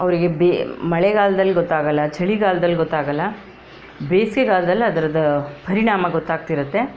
ಅವರಿಗೆ ಬೇ ಮಳೆಗಾಲದಲ್ಲಿ ಗೊತ್ತಾಗೋಲ್ಲ ಚಳಿಗಾಲದಲ್ಲಿ ಗೊತ್ತಾಗೋಲ್ಲ ಬೇಸಿಗೆ ಕಾಲದಲ್ಲಿ ಅದರದ್ದು ಪರಿಣಾಮ ಗೊತ್ತಾಗ್ತಿರುತ್ತೆ